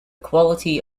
quality